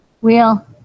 wheel